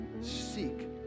seek